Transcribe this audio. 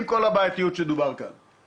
עם כל הבעייתיות שדובר עליה כאן,